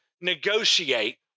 negotiate